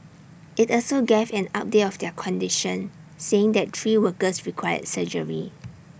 IT also gave an update of their condition saying that three workers required surgery